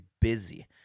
busy